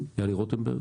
יהלי רוטנברג,